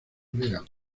obrera